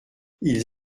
ils